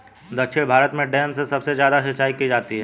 दक्षिण भारत में डैम से सबसे ज्यादा सिंचाई की जाती है